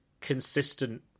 consistent